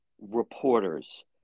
reporters